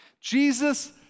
Jesus